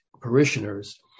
parishioners